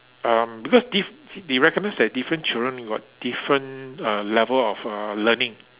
um because this they recommends that different child got different uh level of uh learning